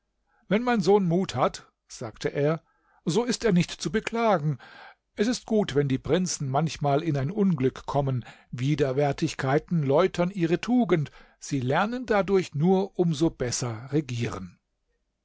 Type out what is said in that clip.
wenn mein sohn mut hat sagte er so ist er nicht zu beklagen es ist gut wenn die prinzen manchmal in ein unglück kommen widerwärtigkeiten läutern ihre tugend sie lernen dadurch nur um so besser regieren